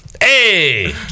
hey